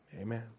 Amen